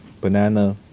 Banana